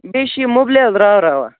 بیٚیہِ چھُ یہِ مُبلیل راوٕراوان